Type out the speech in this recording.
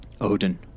Odin